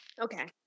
Okay